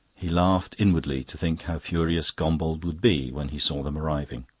he laughed inwardly to think how furious gombauld would be when he saw them arriving.